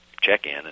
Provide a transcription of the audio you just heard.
check-in